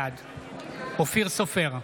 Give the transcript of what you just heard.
בעד אופיר סופר,